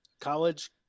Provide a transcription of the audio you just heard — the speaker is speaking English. college